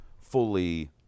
fully